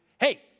hey